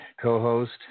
co-host